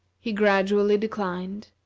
he gradually declined,